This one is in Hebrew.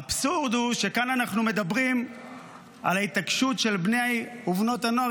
האבסורד הוא שכאן אנו מדברים על ההתעקשות של בני ובנות הנוער